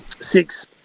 six